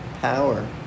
power